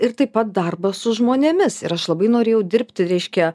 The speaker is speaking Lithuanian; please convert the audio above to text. ir taip pat darbas su žmonėmis ir aš labai norėjau dirbti reiškia